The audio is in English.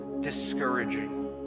discouraging